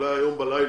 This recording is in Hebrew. אולי היום בלילה,